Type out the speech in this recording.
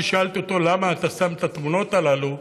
כששאלתי אותו: למה אתה שם את התמונות הללו?